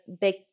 big